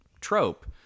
trope